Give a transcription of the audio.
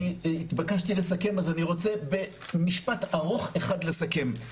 אני התבקשתי לסכם אז אני רוצה במשפט ארוך אחד לסכם.